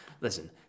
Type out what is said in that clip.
Listen